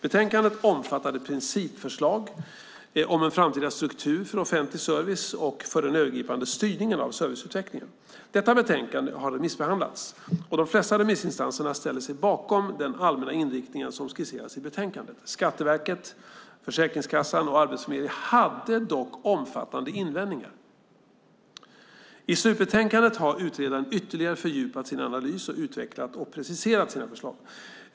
Betänkandet omfattade principförslag om en framtida struktur för offentlig service och för den övergripande styrningen av serviceutvecklingen. Detta betänkande har remissbehandlats och de flesta remissinstanserna ställde sig bakom den allmänna inriktning som skisseras i betänkandet. Skatteverket, Försäkringskassan och Arbetsförmedlingen hade dock omfattande invändningar. I slutbetänkandet har utredaren ytterligare fördjupat sin analys och utvecklat och preciserat sina förslag.